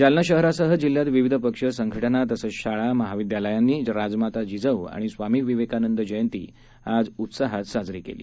जालना शहरासह जिल्ह्यात विविध पक्ष संघटना तसंच शाळा महाविद्यालयांनी राजमाता जिजाऊ आणि स्वामी विवेकानंद जयंती आज उत्साहात साजरी केली